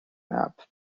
map